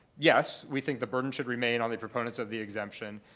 yes, we think the burden should remain on the proponents of the exemption.